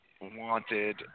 wanted